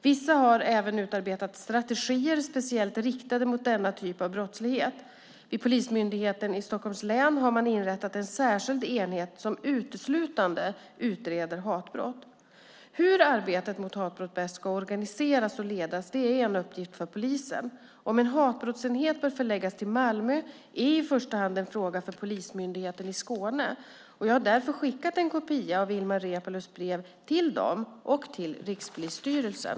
Vissa har även utarbetat strategier speciellt riktade mot denna typ av brottslighet. Vid Polismyndigheten i Stockholms län har man inrättat en särskild enhet som uteslutande utreder hatbrott. Hur arbetet mot hatbrott bäst ska organiseras och ledas är en uppgift för polisen. Om en hatbrottsenhet bör förläggas till Malmö är i första hand en fråga för Polismyndigheten i Skåne. Jag har därför skickat en kopia av Ilmar Reepalus brev till dem och till Rikspolisstyrelsen.